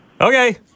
Okay